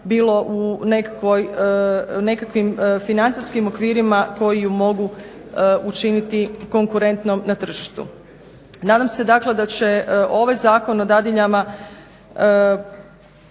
bilo u nekakvim financijskim okvirima koji ju mogu učiniti konkurentnom na tržištu. Nadam se dakle da će ovaj zakon o dadiljama